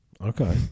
Okay